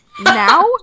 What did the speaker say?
now